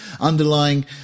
underlying